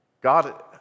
God